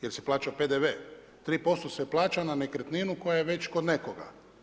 Jer se plaća PDV, 3% se plaća na nekretninu koja je već kod nekoga.